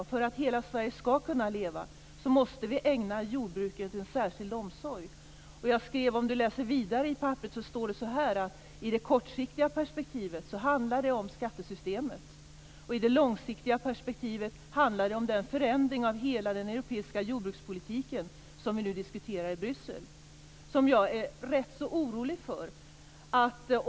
Och för att hela Sverige skall kunna leva måste vi ägna jordbruket en särskild omsorg. Om Sven Bergström läser vidare står det så här: I det kortsiktiga perspektivet handlar det om skattesystemet, och i det långsiktiga perspektivet handlar det om den förändring av hela den europeiska jordbrukspolitiken som vi nu diskuterar i Bryssel, och som jag är rätt så orolig för.